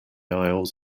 aisles